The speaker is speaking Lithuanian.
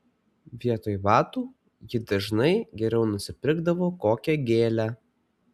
vietoj batų ji dažnai geriau nusipirkdavo kokią gėlę